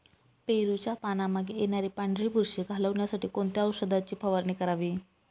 पेरूच्या पानांमागे येणारी पांढरी बुरशी घालवण्यासाठी कोणत्या औषधाची फवारणी करावी?